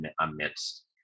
amidst